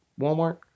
walmart